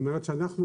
זאת אומרת שאנחנו,